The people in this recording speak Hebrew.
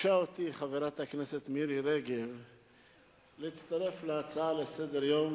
שחברת הכנסת מירי רגב ביקשה ממני להצטרף להצעה לסדר-היום,